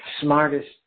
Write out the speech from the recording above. smartest